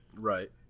Right